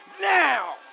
now